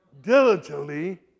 diligently